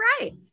right